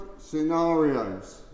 scenarios